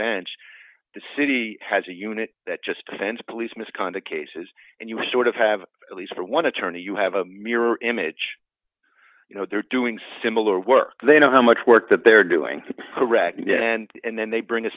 bench the city has a unit that just fence police misconduct cases and you sort of have at least one attorney you have a mirror image you know they're doing similar work they know how much work that they're doing to correct yeah and then they bring a